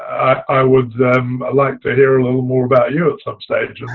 i would like to hear a little more about you at some stage,